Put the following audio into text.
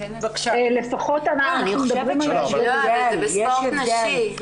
אבל זה בספורט נשי.